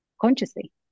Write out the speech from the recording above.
consciously